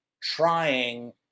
trying